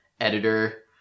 editor